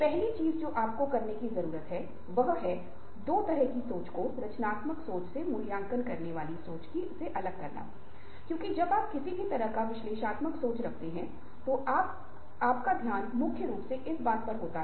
कई बार आप जानते हैं कि जब आप किसी शॉपिंग सेंटर में जाते हैं और तब उनके विक्रेतासेल्स पर्सन Sales Person होते हैं और वे अपने उत्पादप्रोडक्ट्स Products दिखाने की कोशिश करते हैं और आपको राजी करने की कोशिश करते हैं